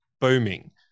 booming